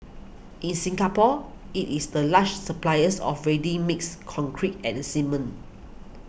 in Singapore it is the largest suppliers of ready mixed concrete and cement